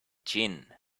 gin